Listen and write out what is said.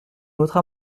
notre